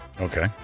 Okay